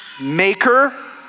maker